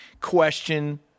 question